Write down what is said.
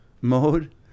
mode